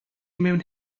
mewn